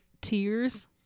tears